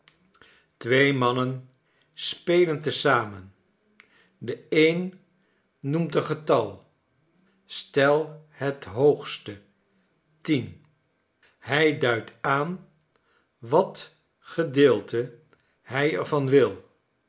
twee mannen spelen te zamen de een noemt een getal stel het hoogste tien hij duidfc aan wat gedeelte hij er van wil